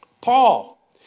Paul